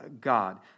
God